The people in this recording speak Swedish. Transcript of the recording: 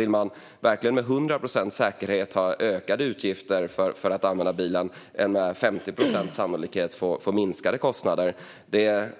Vill man verkligen med 100 procents säkerhet ha ökade utgifter för att använda bilen än att med 50 procents sannolikhet få minskade kostnader?